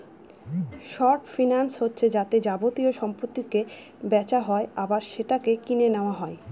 short finance হচ্ছে যাতে যাবতীয় সম্পত্তিকে বেচা হয় আবার সেটাকে কিনে নেওয়া হয়